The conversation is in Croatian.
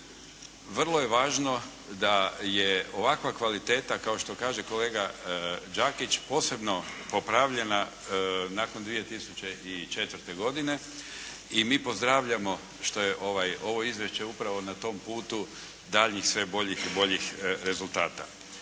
Vrlo je važno da je ovakva kvaliteta kao što kaže kolega Đakić posebno popravljena nakon 2004. godine i mi pozdravljamo što je ovo izvješće upravo na tom putu daljnjih sve boljih i boljih rezultata